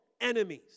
enemies